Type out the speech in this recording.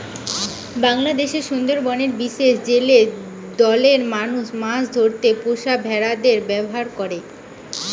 বাংলাদেশের সুন্দরবনের বিশেষ জেলে দলের মানুষ মাছ ধরতে পুষা ভোঁদড়ের ব্যাভার করে